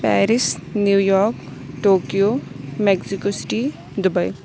Paris New York Tokyo Mexico City Dubai